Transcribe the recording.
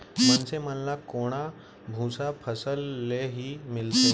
मनसे मन ल कोंढ़ा भूसा फसल ले ही मिलथे